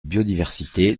biodiversité